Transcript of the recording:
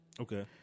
Okay